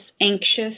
anxious